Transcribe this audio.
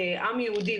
כעם יהודי,